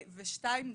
שתיים,